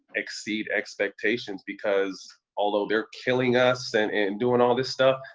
exceed expectations because although they're killing us and and doing all this stuff,